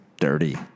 dirty